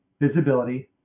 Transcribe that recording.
visibility